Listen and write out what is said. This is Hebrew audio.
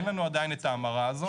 אין לנו עדיין את ההמרה הזו.